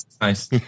Nice